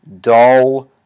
dull